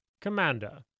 Commander